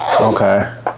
Okay